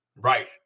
Right